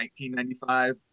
1995